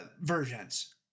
versions